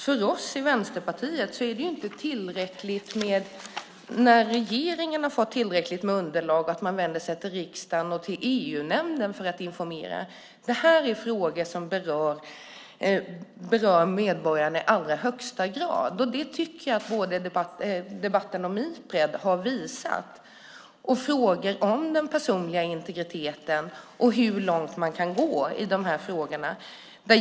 För oss i Vänsterpartiet är det inte tillräckligt att regeringen, när man har fått tillräckligt med underlag, vänder sig till riksdagen och EU-nämnden för att informera. Det här är frågor som berör medborgarna i allra högsta grad. Det tycker jag att debatten om Ipred har visat. Det är frågor om den personliga integriteten och om hur långt man kan gå i de här frågorna.